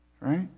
right